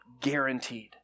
Guaranteed